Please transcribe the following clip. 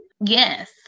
yes